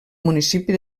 municipi